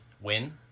win